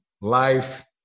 life